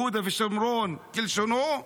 יהודה ושומרון כלשונו,